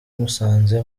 musanze